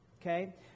Okay